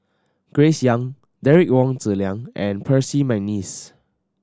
Grace Young Derek Wong Zi Liang and Percy McNeice